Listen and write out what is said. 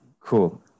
cool